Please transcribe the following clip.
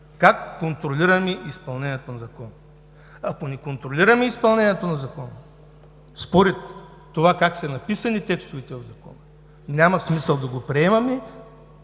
как контролираме изпълнението на закона. Ако не контролираме изпълнението на закона, според това как са написани текстовете в него, няма смисъл да го приемаме,